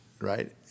right